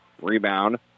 Rebound